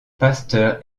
pasteur